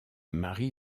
mari